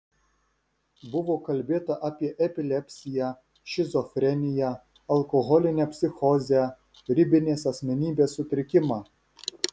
buvo kalbėta apie epilepsiją šizofreniją alkoholinę psichozę ribinės asmenybės sutrikimą